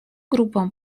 группам